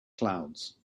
clouds